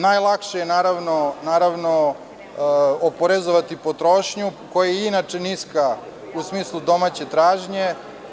Najlakše je oporezovati potrošnju koja je inače niska, u smislu domaće tražnje.